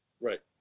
Right